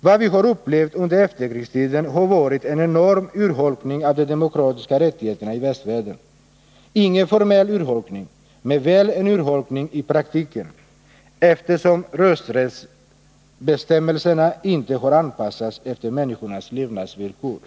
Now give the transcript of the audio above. Vad vi har upplevt under efterkrigstiden har varit en enorm urholkning av de demokratiska rättigheterna i västvärlden — ingen formell urholkning men väl en urholkning i praktiken, eftersom rösträttsbestämmelserna inte har Nr 27 anpassats efter människornas levnadsvillkor.